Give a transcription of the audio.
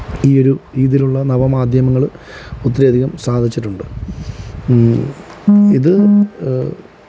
ഈയൊരു രീതിയിലുള്ള നവമാധ്യമങ്ങള് ഒത്തിരിയധികം സാധിച്ചിട്ടുണ്ട് ഇത്